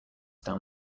down